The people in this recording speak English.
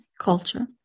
culture